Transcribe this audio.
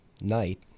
night